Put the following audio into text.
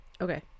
okay